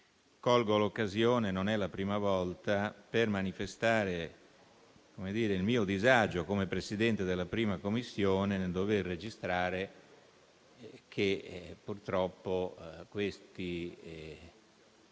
Colgo l'occasione - non è la prima volta - per manifestare il mio disagio come Presidente della 1a Commissione nel dover registrare che, purtroppo, questi